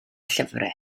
llyfrau